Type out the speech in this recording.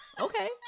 Okay